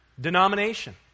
denomination